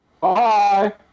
Bye